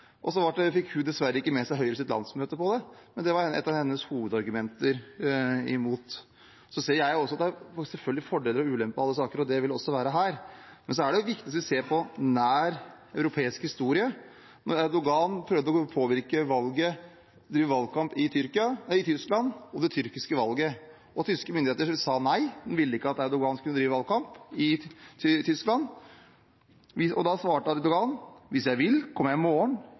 fikk dessverre ikke med seg Høyres landsmøte på dette, men det var et av hennes hovedargumenter for å være imot. Så ser også jeg at det selvfølgelig er fordeler og ulemper med alle saker, og det vil det også være her, men hvis vi ser på nær europeisk historie, f.eks. da president Erdogan prøvde å påvirke det tyrkiske valget ved å drive valgkamp i Tyskland, sa tyske myndigheter nei – de ville ikke at Erdogan skulle drive valgkamp i Tyskland. Da svarte Erdogan: Hvis jeg vil, kommer jeg i morgen.